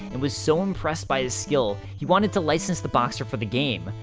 and was so impressed by his skill, he wanted to license the boxer for the game.